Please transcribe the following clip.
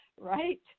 right